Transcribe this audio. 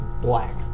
Black